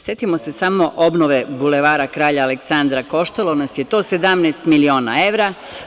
Setimo se samo obnove Bulevara Kralja Aleksandra, koštalo nas je to 17 miliona evra.